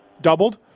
doubled